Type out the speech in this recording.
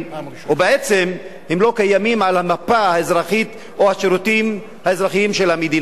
ובעצם הם לא קיימים על המפה האזרחית או השירותים האזרחיים של המדינה.